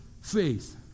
faith